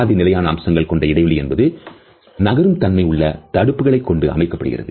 பாதி நிலையான அம்சங்கள் கொண்ட இடைவெளி என்பது நகரும் தன்மை உள்ள தடுப்புகளை கொண்டு அமைக்கப்படுவது